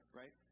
right